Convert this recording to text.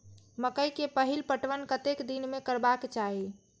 मकेय के पहिल पटवन कतेक दिन में करबाक चाही?